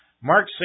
Mark